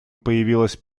появилась